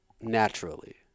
naturally